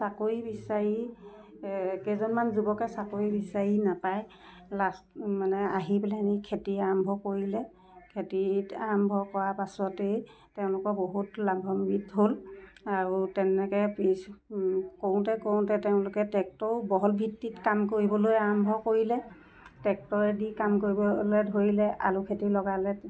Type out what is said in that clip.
চাকৰি বিচাৰি কেইজনমান যুৱকে চাকৰি বিচাৰি নাপাই লাষ্ট আহি পেলাইনি খেতি আৰম্ভ কৰিলে খেতিত আৰম্ভ কৰা পাছতেই তেওঁলোকৰ বহুত লাভাম্বিত হ'ল আৰু তেনেকৈ কৰোঁতে কৰোঁতে তেওঁলোকে টেক্টৰ বহল ভিত্তিত কাম কৰিবলৈ আৰম্ভ কৰিলে টেক্টৰেদি কাম কৰিবলৈ ধৰিলে আলু খেতি লগালে